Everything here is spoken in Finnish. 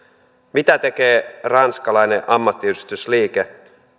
mitä tekee ranskalainen ammattiyhdistysliike